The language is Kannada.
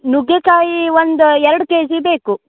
ನುಗ್ಗೇಕಾಯಿ ಒಂದು ಎರಡು ಕೆಜಿ ಬೇಕು